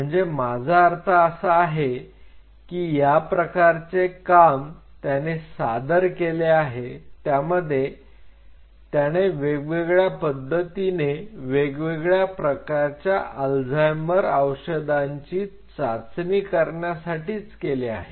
म्हणजे माझा अर्थ असा आहे की या प्र कारचे काम त्याने सादर केले आहे त्यामध्ये त्याने वेगवेगळ्या पद्धतीने वेगवेगळ्या प्रकारच्या अल्झायमर औषधांची चाचणी करण्यासाठीच केले आहे